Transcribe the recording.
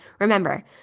remember